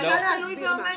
זה בג"צ תלוי ועומד.